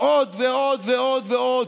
ועוד ועוד ועוד.